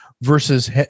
versus